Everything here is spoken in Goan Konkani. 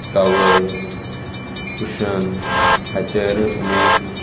टावल कुशन हेचेर आमी